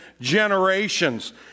generations